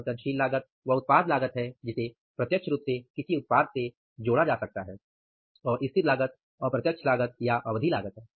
परिवर्तनशील लागत वह उत्पाद लागत है जिसे प्रत्यक्ष रूप से किसी उत्पाद से जोड़ा जा सकता है और स्थिर लागत अप्रत्यक्ष लागत या अवधि लागत है